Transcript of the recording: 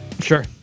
Sure